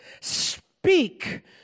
Speak